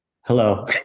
Hello